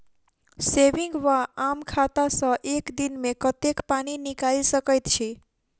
Saving वा आम खाता सँ एक दिनमे कतेक पानि निकाइल सकैत छी?